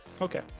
Okay